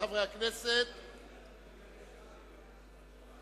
חקיקה ליישום התוכנית הכלכלית לשנים 2009 ו-2010),